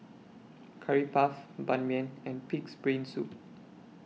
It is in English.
Curry Puff Ban Mian and Pig'S Brain Soup